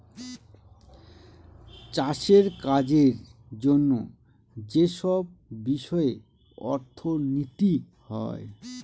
চাষের কাজের জন্য যেসব বিষয়ে অর্থনীতি হয়